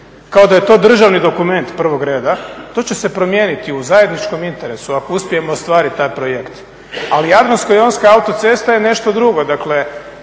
kao da je to državni dokument prvog reda, to će se promijeniti u zajedničkom interesu ako uspijemo ostvariti taj projekt. Ali Jadransko-jonska autocesta je nešto drugo, dakle